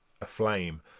aflame